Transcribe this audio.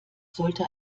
sollte